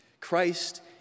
Christ